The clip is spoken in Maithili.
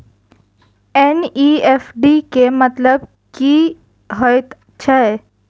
एन.ई.एफ.टी केँ मतलब की हएत छै?